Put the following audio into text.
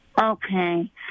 Okay